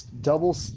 double